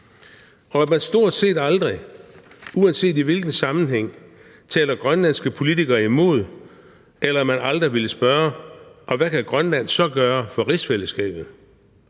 Og at man stort set aldrig, uanset i hvilken sammenhæng, taler grønlandske politikere imod, eller at man aldrig ville spørge: Og hvad kan Grønland så gøre for rigsfællesskabet.